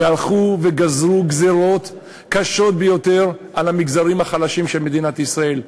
והלכו וגזרו גזירות קשות ביותר על המגזרים החלשים של מדינת ישראל.